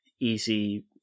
easy